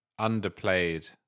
underplayed